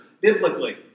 biblically